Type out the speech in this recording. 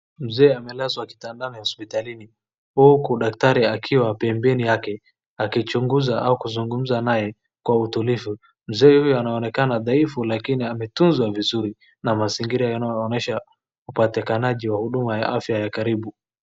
Mzee amelazwa kitandani hospitalini huku dakatari akiwa pembeni yake akichunguza au kuzungumza naye kwa utulivu. Mzee huyu anaonekana dhaifu lakini ametunzwa vizuri. Na mazingira yanaonyesha upatikanaji wa huduma ya afya ya karibu.